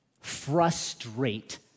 frustrate